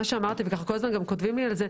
שאמרתי וכל הזמן גם כותבים לי על זה,